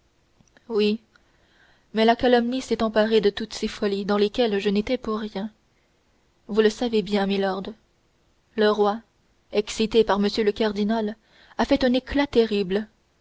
repentant oui mais la calomnie s'est emparée de toutes ces folies dans lesquelles je n'étais pour rien vous le savez bien milord le roi excité par m le cardinal a fait un éclat terrible